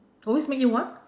always make you what